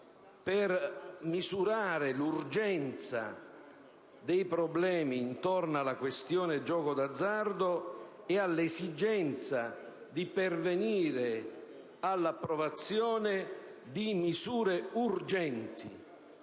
per misurare l'urgenza dei problemi intorno alla questione gioco d'azzardo e l'esigenza di pervenire all'approvazione di misure urgenti